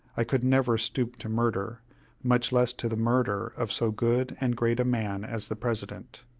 i could never stoop to murder much less to the murder of so good and great a man as the president.